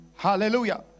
Hallelujah